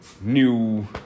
new